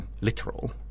literal